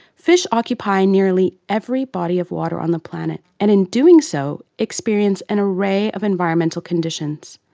fish occupy nearly every body of water on the planet, and in doing so, experience an array of environmental conditions.